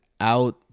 out